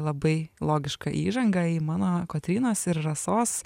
labai logiška įžanga į mano kotrynos ir rasos